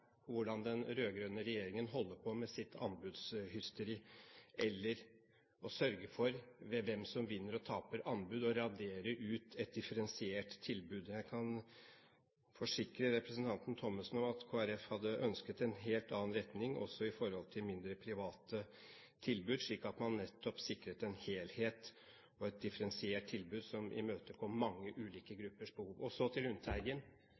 hvordan den rød-grønne regjeringen holder på med sitt anbudshysteri eller sørger for hvem som vinner eller taper anbud, og raderer ut et differensiert tilbud. Jeg kan forsikre representanten Thommessen om at Kristelig Folkeparti hadde ønsket en helt annen retning, også i forhold til mindre, private tilbud, slik at man nettopp sikret en helhet og et differensiert tilbud som imøtekom mange ulike gruppers behov. Og så til Lundteigen: